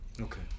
Okay